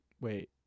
wait